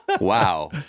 Wow